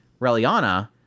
Reliana